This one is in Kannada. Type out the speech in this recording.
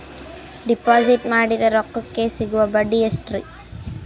ಡಿಪಾಜಿಟ್ ಮಾಡಿದ ರೊಕ್ಕಕೆ ಸಿಗುವ ಬಡ್ಡಿ ಎಷ್ಟ್ರೀ?